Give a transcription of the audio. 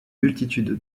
multitude